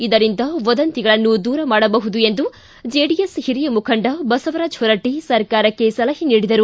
ಇದರಿಂದ ವದಂತಿಗಳನ್ನು ದೂರ ಮಾಡಬಹುದು ಎಂದು ಜೆಡಿಎಸ್ ಹಿರಿಯ ಮುಖಂಡ ಬಸವರಾಜ ಹೊರಟ್ಟಿ ಸರ್ಕಾರಕ್ಕೆ ಸಲಹೆ ನೀಡಿದರು